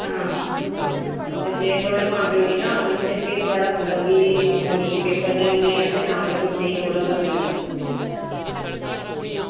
आं ते जे थुआढ़े मां प्योऽ नना आङन ते भी थुआढ़ा मतलब की पेपर निं होने ऐं ते ना गै तुसेंगी रोल नंबर मिलना